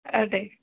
ओ दे